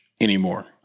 anymore